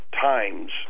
times